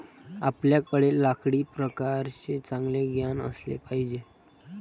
आपल्याकडे लाकडी प्रकारांचे चांगले ज्ञान असले पाहिजे